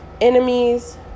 enemies